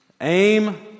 aim